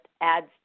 adds